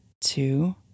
two